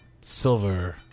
silver